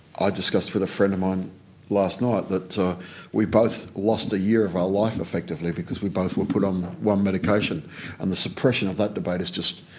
i discussed with a friend of mine last night that we both lost a year of our life effectively because we both were put on one medication and the suppression of that debate is just,